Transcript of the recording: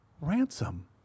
ransom